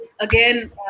again